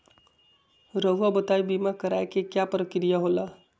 रहुआ बताइं बीमा कराए के क्या प्रक्रिया होला?